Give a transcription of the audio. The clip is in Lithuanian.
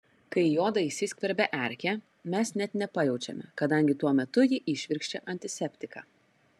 kai į odą įsiskverbia erkė mes net nepajaučiame kadangi tuo metu ji įšvirkščia antiseptiką